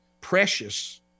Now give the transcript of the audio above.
precious